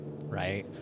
right